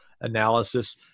analysis